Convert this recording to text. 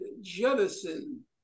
jettison